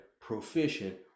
proficient